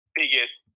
biggest